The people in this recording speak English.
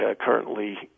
currently